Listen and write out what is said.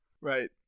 Right